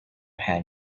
hand